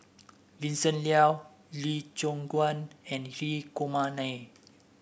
Vincent Leow Lee Choon Guan and Hri Kumar Nair